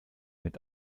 mit